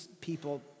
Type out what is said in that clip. people